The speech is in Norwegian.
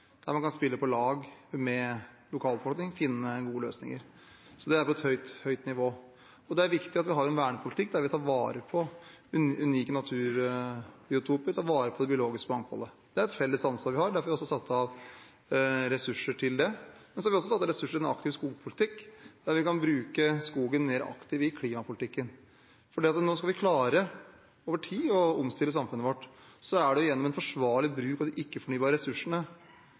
der man kan spille på lag med lokalbefolkningen og finne gode løsninger. Så det er på et høyt nivå. Det er viktig at vi har en vernepolitikk der vi tar vare på unike naturbiotoper og det biologiske mangfoldet. Det er et felles ansvar vi har, og derfor har vi også satt av ressurser til det. Så har vi også satt av ressurser til en aktiv skogpolitikk der vi kan bruke skogen mer aktivt i klimapolitikken. Når vi skal klare å omstille samfunnet vårt over tid, er noe av hovedsvaret å gjøre det gjennom en forsvarlig bruk av de fornybare ressursene.